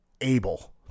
able